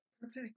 Perfect